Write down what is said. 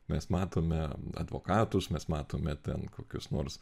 mes matome advokatus mes matome ten kokius nors